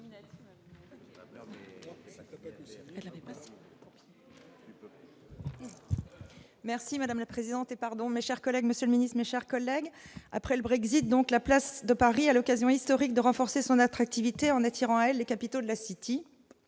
Merci madame la présidente, et pardon, mes chers collègues, monsieur le Ministre, mes chers collègues, après le Brexit, donc la place de Paris à l'occasion historique de renforcer son attractivité en attirant les capitaux de la City